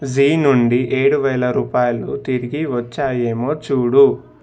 G నుండి ఏడు వేల రూపాయలు తిరిగివచ్చాయేమో చూడు